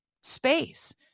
space